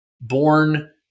born